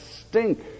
stink